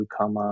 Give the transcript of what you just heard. come